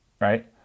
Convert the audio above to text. right